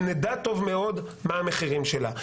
שנדע טוב מאוד מה המחירים שלה.